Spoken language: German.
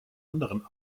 anderen